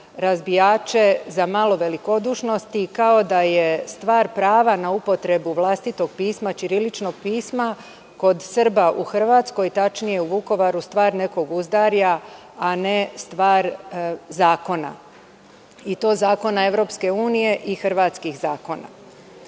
razbijače za malo velikodušnosti, kao da je stvar prava na upotrebu vlastitog pisma, ćiriličnog pisma, kod Srba u Hrvatskom, tačnije u Vukovaru, star nekog uzdarja, a ne stvar zakona, i to zakona EU i hrvatskih